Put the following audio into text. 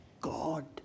God